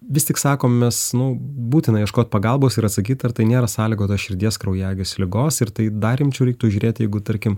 vis tik sakom mes nu būtina ieškot pagalbos ir atsakyt ar tai nėra sąlygota širdies kraujagyslių ligos ir tai dar rimčiau reiktų žiūrėt jeigu tarkim